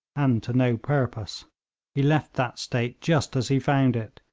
and to no purpose he left that state just as he found it,